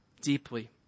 deeply